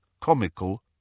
comical